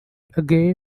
again